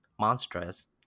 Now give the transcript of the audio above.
monstrous